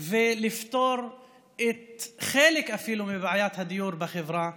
ולפתור אפילו חלק מבעיית הדיור בחברה הערבית.